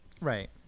Right